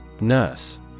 Nurse